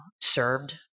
served